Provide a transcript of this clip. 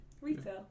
Retail